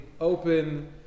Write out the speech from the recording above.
open